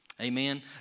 amen